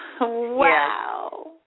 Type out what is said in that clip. Wow